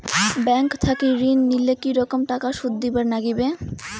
Bank থাকি ঋণ নিলে কি রকম টাকা সুদ দিবার নাগিবে?